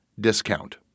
discount